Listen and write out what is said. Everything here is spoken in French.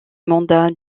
mandat